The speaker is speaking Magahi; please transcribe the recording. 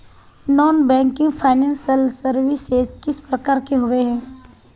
नॉन बैंकिंग फाइनेंशियल सर्विसेज किस प्रकार के होबे है?